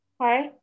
Hi